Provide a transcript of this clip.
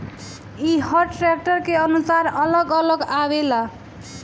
ई हर ट्रैक्टर के अनुसार अलग अलग आवेला